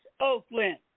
Oakland